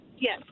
yes